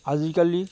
আজিকালি